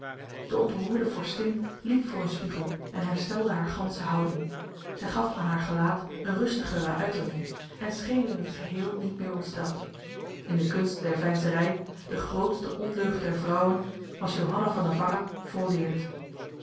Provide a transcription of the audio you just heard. de ontroerde vorstin liep voor een spiegel en herstelde haar ganse houding zij gaf aan haar gelaat een rustigere uitdrukking en scheen in het geheel niet meer ontsteld in de kunst der veinzerij de grootste ondeugd der vrouwen was johanna van navarra